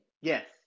yes